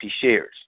shares